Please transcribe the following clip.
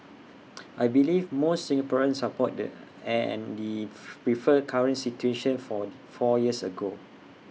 I believe most Singaporeans support the and the prefer current situation for four years ago